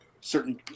certain